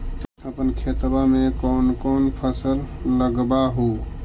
अपन खेतबा मे कौन कौन फसल लगबा हू?